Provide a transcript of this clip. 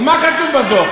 ומה כתוב בדוח?